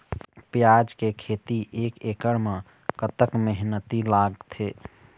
प्याज के खेती एक एकड़ म कतक मेहनती लागथे?